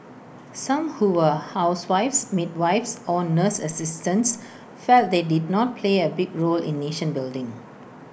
some who were housewives midwives or nurse assistants felt they did not play A big role in nation building